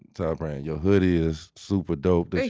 ty brand. you hoodie is super dope like